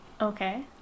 Okay